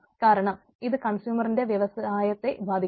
കാരണം ഇത് കൺസ്യൂമറിന്റെ വ്യവസായത്തെ ബാധിക്കും